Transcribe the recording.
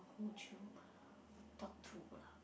who would you talk to lah